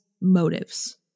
motives